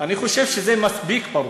אני חושב שזה מספיק ברור.